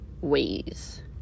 ways